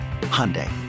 Hyundai